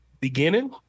beginning